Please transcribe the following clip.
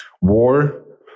war